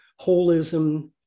Holism